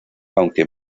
aunque